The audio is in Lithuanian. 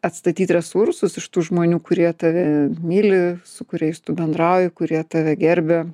atstatyt resursus iš tų žmonių kurie tave myli su kuriais tu bendrauji kurie tave gerbia